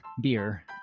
beer